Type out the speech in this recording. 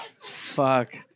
Fuck